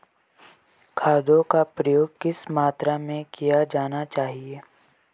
खादों का प्रयोग किस मात्रा में किया जाना चाहिए?